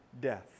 Death